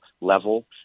level